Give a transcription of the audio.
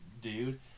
dude